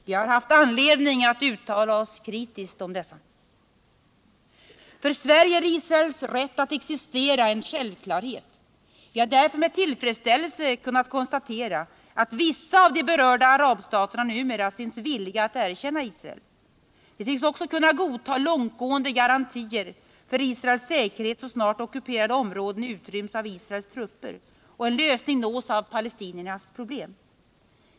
Vi har haft anledning att uttala oss kritiskt För Sverige är Israels rätt att existera en självklarhet. Vi har därför med tillfredsställelse kunnat konstatera att vissa av de berörda arabstaterna numera synes villiga att erkänna Israel. De tycks också kunna godta långtgående garantier för Israels säkerhet så snart ockuperade områden utryms av Israels trupper och en lösning nås av palestiniernas problem.